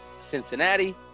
Cincinnati